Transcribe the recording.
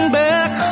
back